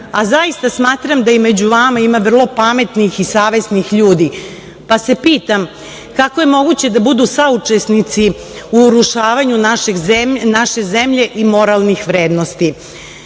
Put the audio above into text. a zaista smatram da i među vama ima vrlo pametnih i savesnih ljudi, pa se pitam kako je moguće da budu saučesnici u urušavanju naše zemlje i moralnih vrednosti? Nemam